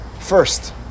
First